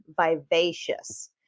vivacious